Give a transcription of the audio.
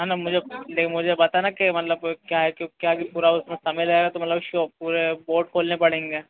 है ना मुझे नहीं मुझे बताना कि मतलब क्या है कि क्या कि पूरा उस में समय लगेगा तो मतलब उसको पूरे बोर्ड खाेलने पड़ेंगे